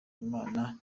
imana